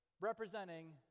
representing